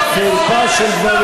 למה, נשיאת בית-המשפט העליון פה?